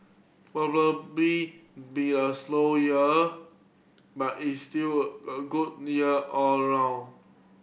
probably be be a slower year but it still a good year all around